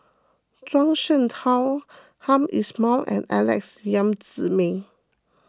Zhuang Shengtao Hamed Ismail and Alex Yam Ziming